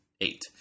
eight